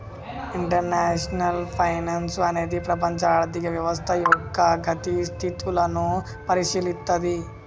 international finance అనేది ప్రపంచ ఆర్థిక వ్యవస్థ యొక్క గతి స్థితులను పరిశీలిత్తది